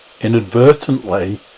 inadvertently